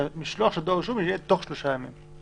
כלומר שמשלוח של דואר ימים יהיה תוך שלושה ימים.